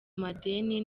madeni